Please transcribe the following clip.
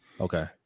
Okay